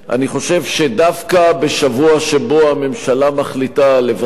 אני חושב שדווקא בשבוע שבו הממשלה מחליטה לבצע